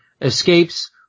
escapes